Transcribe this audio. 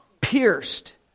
pierced